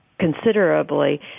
considerably